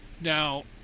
Now